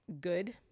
good